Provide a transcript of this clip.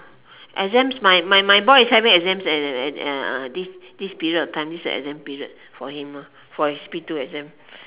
exams my my my boy is having exams at at uh this this period of time this the exam period for him for his P two exam